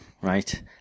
right